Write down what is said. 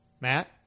Matt